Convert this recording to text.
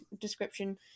description